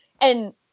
and-